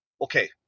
Okay